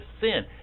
sin